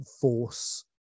force